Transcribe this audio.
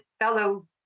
fellow